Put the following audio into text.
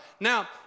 Now